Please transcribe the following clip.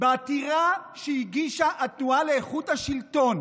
בעתירה שהגישה התנועה לאיכות השלטון.